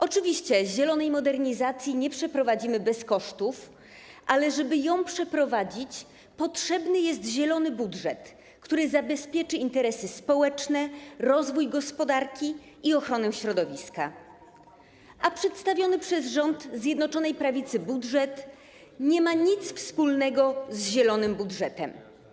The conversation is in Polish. Oczywiście zielonej modernizacji nie przeprowadzimy bez kosztów, ale żeby ją przeprowadzić, potrzebny jest zielony budżet, który zabezpieczy interesy społeczne, rozwój gospodarki i ochronę środowiska, a przedstawiony przez rząd Zjednoczonej Prawicy budżet nie ma nic wspólnego z zielonym budżetem.